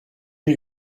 une